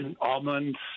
almonds